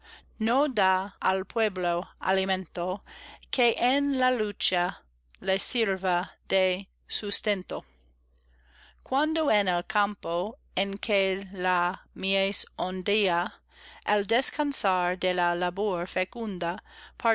no da al pueblo alimento que en la lucha le sirva de sustento cuando en el campo en que la mies ondea al descansar de la labor fecunda